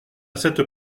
cette